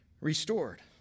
Restored